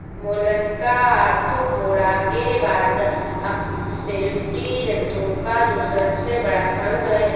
Mollusca Arthropoda के बाद अकशेरुकी जंतुओं का दूसरा सबसे बड़ा संघ है